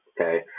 Okay